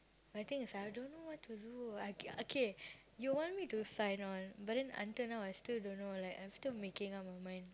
the thing is I don't know what to do I I okay you want me to sign on but then until now I still don't know like I'm still making up with my mind